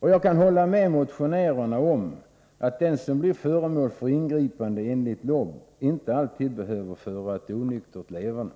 Jag kan hålla med motionärerna om att den som blir föremål för ingripande enligt LOB inte behöver föra ett onyktert leverne.